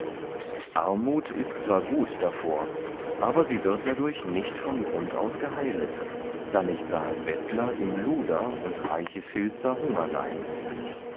armut ist zwar gut davor aber sie wird dadurch nicht von grund aus geheilet dann ich sahe bettler im luder und reiche filze hunger leiden